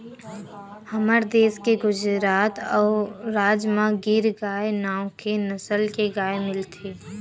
हमर देस के गुजरात राज म गीर गाय नांव के नसल के गाय मिलथे